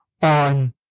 on